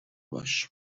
باش